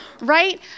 Right